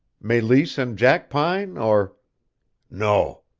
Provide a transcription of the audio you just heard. meleese and jackpine, or no,